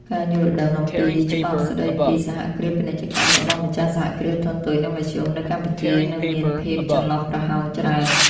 ការយល់ដឹងអំពី "ច្បាប់ស្ដីពីសហគ្រាសពាណិជ្ជកម្ម" របស់ម្ចាស់ សហគ្រាសធុនតូច និងមធ្យម នៅកម្ពុជានៅមានភាពចន្លោះប្រហោងច្រើន។